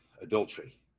adultery